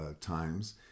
times